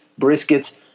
briskets